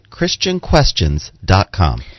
ChristianQuestions.com